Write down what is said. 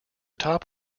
top